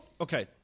okay